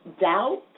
Doubt